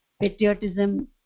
patriotism